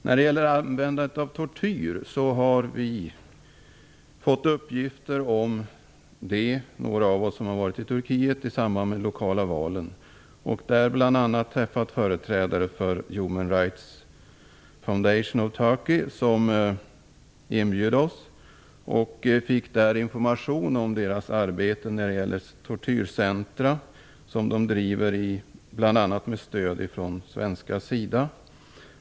Några av oss som var i Turkiet i samband med de lokala valen har fått uppgifter om användande av tortyr. Där blev vi inbjudna bl.a. av företrädare för Human Rights Foundation of Turkey och fick information om deras arbete med tortyrcentrum, som drivs med stöd från bl.a. svenska SIDA.